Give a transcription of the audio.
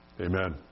Amen